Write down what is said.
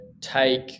take